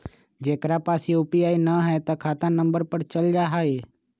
जेकरा पास यू.पी.आई न है त खाता नं पर चल जाह ई?